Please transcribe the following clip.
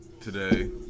today